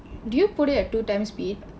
do you put it at two times speed